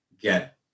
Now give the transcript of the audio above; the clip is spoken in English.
get